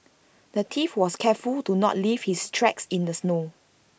the thief was careful to not leave his tracks in the snow